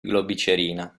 globicerina